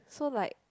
so like